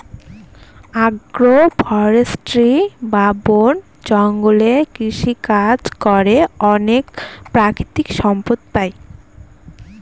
আগ্র ফরেষ্ট্রী বা বন জঙ্গলে কৃষিকাজ করে অনেক প্রাকৃতিক সম্পদ পাই